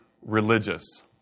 religious